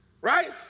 Right